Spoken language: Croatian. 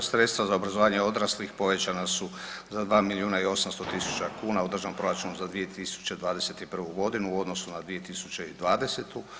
Sredstva za obrazovanje odraslih povećana su za 2 milijuna i 800 tisuća kuna u državnom proračunu za 2021. godinu u odnosu na 2020.